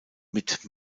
mit